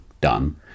done